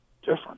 different